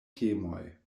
temoj